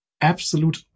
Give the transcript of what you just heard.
absolute